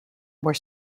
were